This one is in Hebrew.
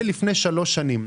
זה היה לפני שלוש שנים.